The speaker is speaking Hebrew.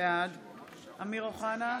בעד אמיר אוחנה,